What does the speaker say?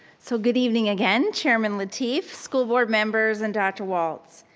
so good evening again, chairman lateef, school board members and dr. walts.